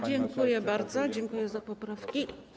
Dziękuję bardzo, dziękuję za poprawki.